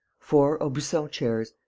four aubusson chairs.